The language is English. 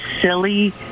silly